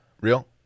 Real